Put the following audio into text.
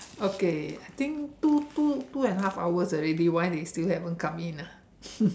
okay I think two two two and a half hours already why they still haven't come in ah